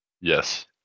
Yes